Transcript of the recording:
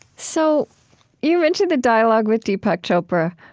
so you mentioned the dialogue with deepak chopra,